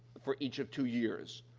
for each of two years.